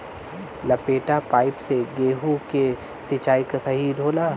लपेटा पाइप से गेहूँ के सिचाई सही होला?